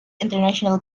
international